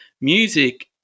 music